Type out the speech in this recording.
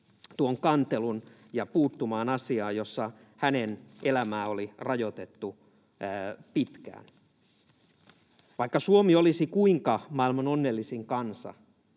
tuon kantelun ja puuttumaan asiaan, jossa hänen elämäänsä oli rajoitettu pitkään. Vaikka Suomi olisi kuinka maailman onnellisin kansa,